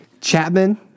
Chapman